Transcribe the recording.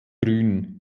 grün